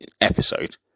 episode